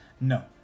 No